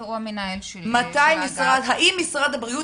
שאול יציב הוא המנהל של האגף -- האם משרד הבריאות